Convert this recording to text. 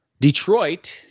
Detroit